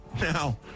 Now